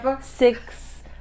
six